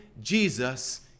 Jesus